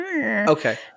Okay